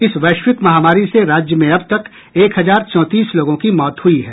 इस वैश्विक महामारी से राज्य में अब तक एक हजार चौतीस लोगों की मौत हुई है